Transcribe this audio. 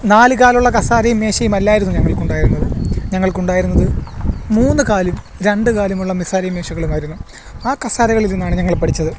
നാലുകാലുള്ള കസേരയും മേശയുമല്ലായിരുന്നു ഞങ്ങൾക്കുണ്ടായിരുന്നത് ഞങ്ങൾക്ക് ഉണ്ടായിരുന്നത് മൂന്നുകാലും രണ്ടുകാലുമുള്ള കസേരയും മേശകളുമായിരുന്നു ആ കസേരകളിൽ ഇരുന്നാണ് ഞങ്ങൾ പഠിച്ചത്